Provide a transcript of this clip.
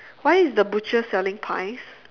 why is the butcher selling pies